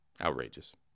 outrageous